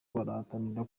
barahatanira